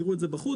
תראו את זה בחוץ.